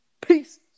Peace